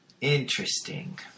Interesting